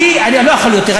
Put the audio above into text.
אני לא יכול יותר.